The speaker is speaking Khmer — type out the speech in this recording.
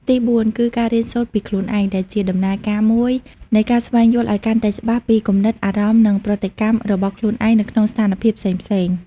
ទីបួនគឺ ការរៀនសូត្រពីខ្លួនឯង ដែលជាដំណើរការមួយនៃការស្វែងយល់ឱ្យកាន់តែច្បាស់ពីគំនិត អារម្មណ៍ និងប្រតិកម្មរបស់ខ្លួនឯងនៅក្នុងស្ថានភាពផ្សេងៗ។